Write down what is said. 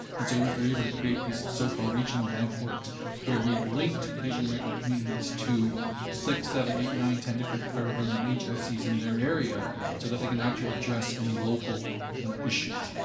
and so we were able to create these so-called regional networks where we linked asian-americans communities to six, seven, eight, nine, ten different federal government agencies in their area so that they can actually address any local issues.